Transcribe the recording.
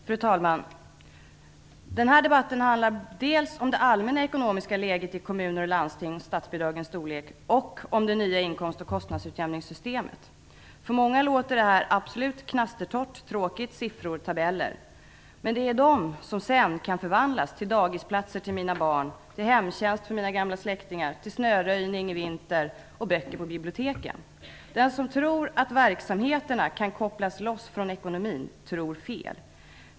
Fru talman! Den här debatten handlar dels om det allmänna ekonomiska läget i kommuner och landsting samt statsbidragens storlek, dels om det nya inkomstoch kostnadsutjämningssystemet. För många låter det här absolut knastertorrt och tråkigt - bara siffror och tabeller. Men det är dessa siffror som sedan kan förvandlas till dagisplatser till mina barn, till hemtjänst för mina gamla släktingar, till snöröjning i vinter och böcker på biblioteken. Den som tror att verksamheterna kan kopplas loss från ekonomin tror fel.